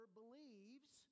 believes